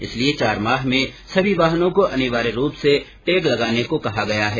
इसलिए चार माह में सभी वाहनों को अनिवार्य रूप से टैग लगाने को कहा गया है